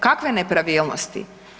Kakve nepravilnosti?